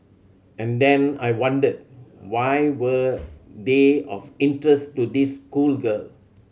and then I wondered why were they of interest to this schoolgirl